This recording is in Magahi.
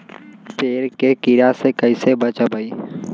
पेड़ के कीड़ा से कैसे बचबई?